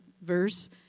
verse